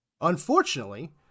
unfortunately